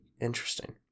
interesting